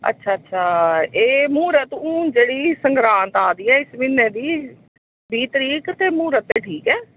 अच्छा अच्छा एह् मूहुर्त हून जेह्ड़ी सगरांद आवा दी ऐ इस म्हीनै दी बीह् तरीक ते मूहुर्त ठीक ऐ